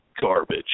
garbage